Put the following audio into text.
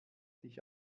sich